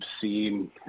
seen